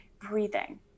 breathing